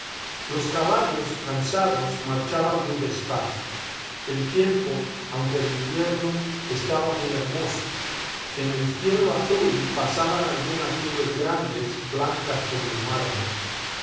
los caballos cansados marchaban muy despacio el tiempo aunque de invierno estaba muy hermoso en el cielo azul pasaban algunas nubes grandes blancas como el mármol